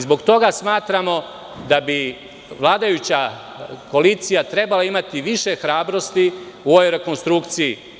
Zbog toga smatramo da bi vladajuća koalicija trebala imati više hrabrosti u ovoj rekonstrukciji.